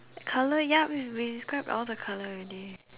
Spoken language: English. colour ya we we describe all the colour already